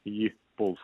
jį puls